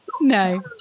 no